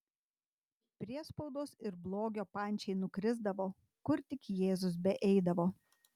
priespaudos ir blogio pančiai nukrisdavo kur tik jėzus beeidavo